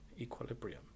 equilibrium